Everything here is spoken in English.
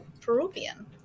Peruvian